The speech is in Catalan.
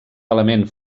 element